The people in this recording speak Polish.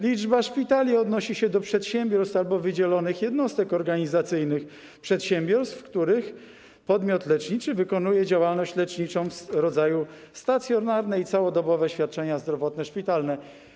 Liczba szpitali odnosi się do przedsiębiorstw albo wydzielonych jednostek organizacyjnych przedsiębiorstw, w których podmiot leczniczy wykonuje działalność leczniczą w rodzaju stacjonarne i całodobowe świadczenia zdrowotne szpitalne.